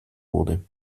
wurde